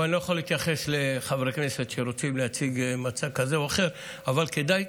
אני לא יכול להתייחס לחברי כנסת שרוצים להציג מצג כזה או אחר אבל כדאי,